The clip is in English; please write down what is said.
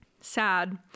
Sad